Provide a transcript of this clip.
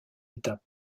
étape